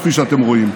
כפי שאתם רואים.